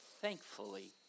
Thankfully